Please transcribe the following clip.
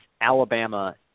Alabama